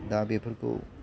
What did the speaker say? दा बेफोरखौ